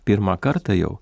pirmą kartą jau